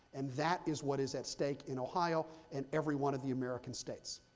and that is what is at stake in ohio and every one of the american states.